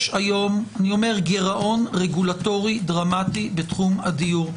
יש היום גירעון רגולטורי דרמטי בתחום הדיור.